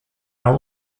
are